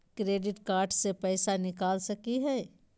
Credit card से पैसा निकल सकी हय?